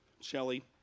Shelly